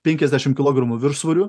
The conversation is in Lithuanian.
penkiasdešim kilogramų viršsvoriu